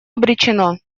обречено